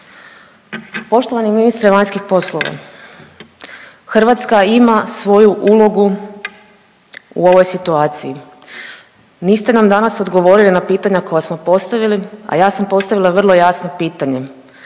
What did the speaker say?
Poštovani ministre vanjskih poslova, Hrvatska ima svoju ulogu u ovoj situaciji. Niste nam danas odgovorili na pitanja koja smo postavili, a ja sam postavila vrlo jasno pitanje,